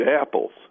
apples